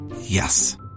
Yes